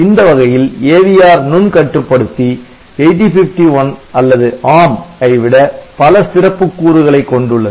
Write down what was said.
இந்த வகையில் AVR நுண்கட்டுப்படுத்தி 8051 அல்லது ARM ஐ விட பல சிறப்புக் கூறுகளை கொண்டுள்ளது